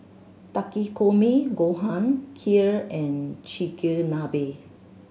Takikomi Gohan Kheer and Chigenabe